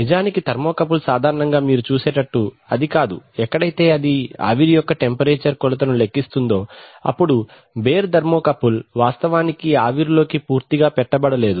నిజానికి థర్మోకపుల్ సాధారణంగా మీరు చూసేటట్లు అది కాదు ఎక్కడైతే అది ఆవిరి యొక్క టెంపరేచర్ కొలతను లెక్కిస్తుందో అప్పుడు బేర్ థర్మోకపుల్ వాస్తవానికి ఆవిరిలోకి పూర్తిగా పెట్ట బడలేదు